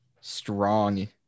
strong